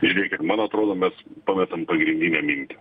žiūrėkit man atrodo mes pametam pagrindinę mintį